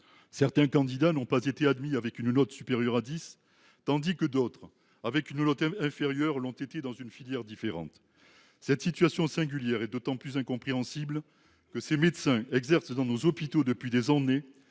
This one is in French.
Certains candidats n’ont pas été admis avec une note supérieure à 10, tandis que d’autres, avec une note inférieure, l’ont été dans des filières différentes. Cette situation singulière est d’autant plus incompréhensible que ces médecins exercent dans nos hôpitaux depuis des années